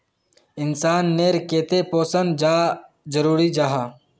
इंसान नेर केते पोषण चाँ जरूरी जाहा?